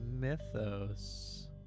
Mythos